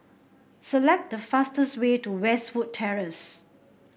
select the fastest way to Westwood Terrace